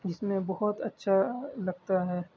جس میں بہت اچھا لگتا ہے